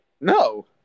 No